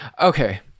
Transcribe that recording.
Okay